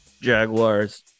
Jaguars